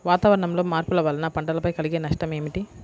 వాతావరణంలో మార్పుల వలన పంటలపై కలిగే నష్టం ఏమిటీ?